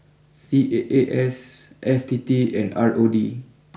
C A A S F T T and R O D